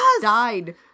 died